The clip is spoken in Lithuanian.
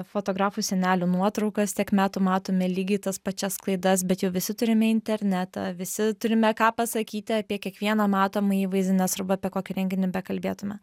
fotografų senelių nuotraukas tiek metų matome lygiai tas pačias klaidas bet jau visi turime internetą visi turime ką pasakyti apie kiekvieną matomą įvaizdį nes arba apie kokį renginį bekalbėtume